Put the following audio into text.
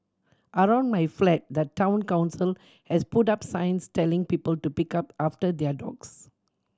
around my flat the Town Council has put up signs telling people to pick up after their dogs